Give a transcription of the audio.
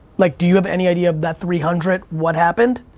like do you have any idea of that three hundred, what happened?